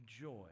joy